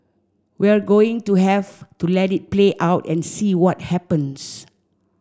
we're going to have to let it play out and see what happens